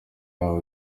yabo